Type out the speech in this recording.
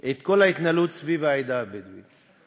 את כל ההתנהלות סביב העדה הבדואית.